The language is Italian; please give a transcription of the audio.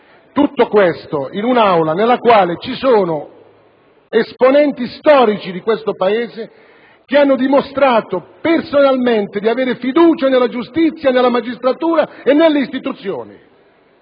tutto questo in un'Aula nella quale ci sono esponenti storici di questo Paese che hanno dimostrato personalmente di avere fiducia nella giustizia, nella magistratura e nelle istituzioni: